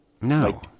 No